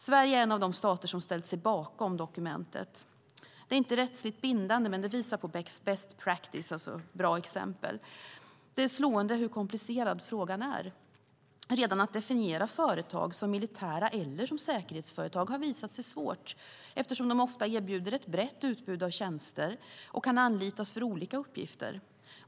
Sverige är en av de stater som ställt sig bakom dokumentet. Det är inte rättsligt bindande men det visar på best practice, alltså bra exempel. Det är slående hur komplicerad frågan är. Redan att definiera företag som militära eller som säkerhetsföretag har visat sig svårt, eftersom de ofta erbjuder ett brett utbud av tjänster och kan anlitas för olika uppgifter.